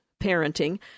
parenting